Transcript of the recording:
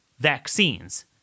vaccines